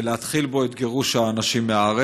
כדי להתחיל בו את גירוש האנשים מהארץ.